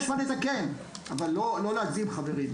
יש מה לתקן אבל לא להגזים, חברים.